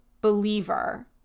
believer